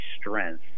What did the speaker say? strength